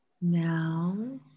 Now